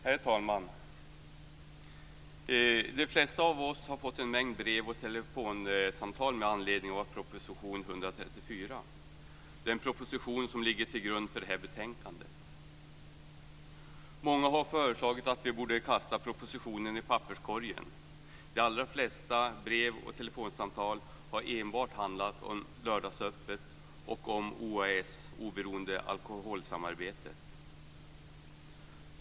Herr talman! De flesta av oss har fått en mängd brev och telefonsamtal med anledning av proposition 134, den proposition som ligger till grund för det här betänkandet. Många har föreslagit att vi borde kasta propositionen i papperskorgen. De allra flesta brev och telefonsamtal har enbart handlat om lördagsöppet och om OAS, Oberoende alkoholsamarbetet.